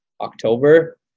October